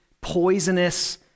poisonous